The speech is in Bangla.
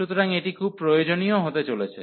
সুতরাং এটি খুব প্রয়োজনীয় হতে চলেছে